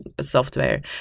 Software